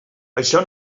això